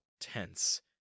tense